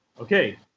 Okay